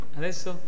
adesso